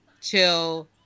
chill